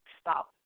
stop